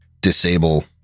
disable